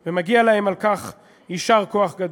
בכוחות הביטחון, ומגיע להם על כך יישר כוח גדול.